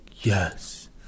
yes